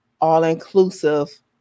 all-inclusive